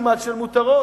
כמעט מוצר של מותרות?